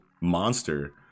monster